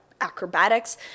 acrobatics